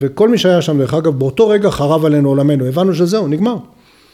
וכל מי שהיה שם לך אגב באותו רגע חרב עלינו עולמנו הבנו שזהו נגמר